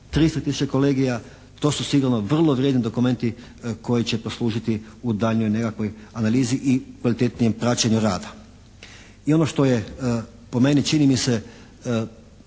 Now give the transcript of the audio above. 300 tisuća kolegija. To su sigurno vrlo vrijedni dokumenti koji će poslužiti u daljnjoj nekakvoj analizi i kvalitetnijem praćenju rada. I ono što je po meni čini mi se